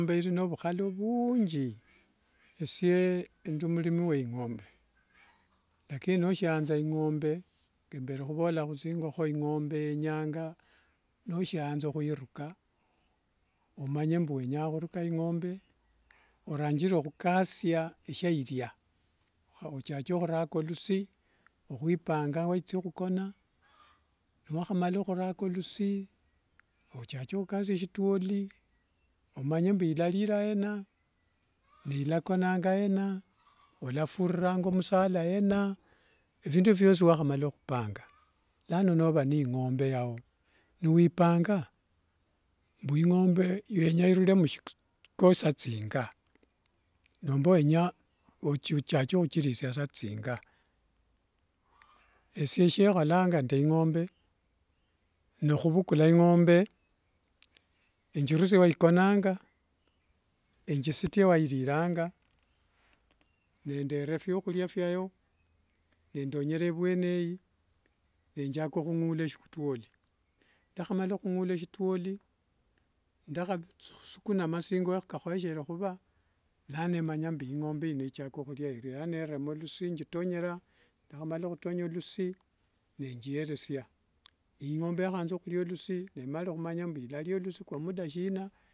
Mbeli ovukhalo vunji, esie ndi murimi wa ingombe lakini noshianza ingombe mberi khuvola hu thingokho ingombe yenyanga noshianza khuiruka omanye mbu wenyanga khuruka oranjirire khukasia esyairia ochake khuraka lusi okhwipanga waitsia khukona niwakhamala huraka lusii ochake khukasia sitwoli omanye mbu ilariranga yena ni ilakonanga yena olafuriranga musala yena ephindu efyo phiosi niwakhamala khupanga lano nova ne ingombe yao ni wipanga. Mbu ingombe wenya irure sa things nomba wenyanga ochake khuthirisia saa thinga esie shiekholanga nde ingombe ni khuvukula ingombe ethirusie waikonanga ethisutie wairiranga nendera vyakhuria vyayo nendonyera vyeneyo nenjaka khungula sitwoli ndakhamala khungula shitwoli ndakhasukuna masingo wakakhoyeshere khuva laano emanya mbu ingombe ino ichakakhuria orie nano erema lusi echitonyera ndakhamala khutonya lusi nichieresia ingombe yahanza huria lusi nemanyire ilaria lusi kwa muda sina.